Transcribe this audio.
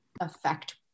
affect